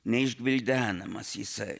neišgvildenamas jisai